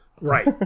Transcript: Right